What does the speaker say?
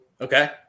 Okay